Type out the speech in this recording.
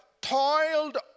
toiled